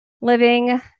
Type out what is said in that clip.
living